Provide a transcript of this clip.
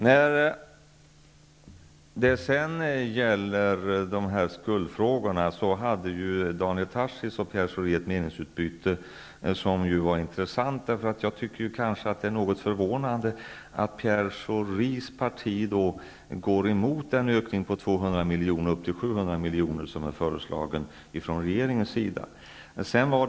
När det sedan gäller skuldfrågan hade ju Daniel Tarschys och Pierre Schori ett meningsutbyte som var intressant. Jag tycker att det är något förvånande att Pierre Schoris parti går emot den ökning på 200 miljoner till 700 miljoner som regeringen föreslår.